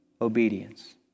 obedience